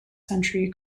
century